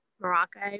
morocco